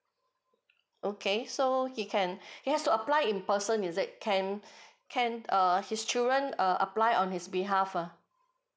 okay so he can he has to apply in person is it can can err his children uh apply on his behalf uh